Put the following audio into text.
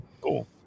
cool